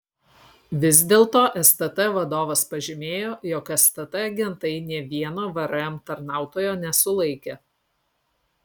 vis dėlto stt vadovas pažymėjo jog stt agentai nė vieno vrm tarnautojo nesulaikė